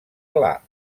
pla